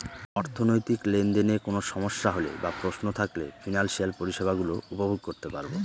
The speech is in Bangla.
অর্থনৈতিক লেনদেনে কোন সমস্যা হলে বা প্রশ্ন থাকলে ফিনান্সিয়াল পরিষেবা গুলো উপভোগ করতে পারবো